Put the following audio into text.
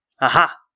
Aha